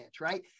Right